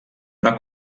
una